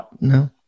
No